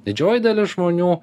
didžioji dalis žmonių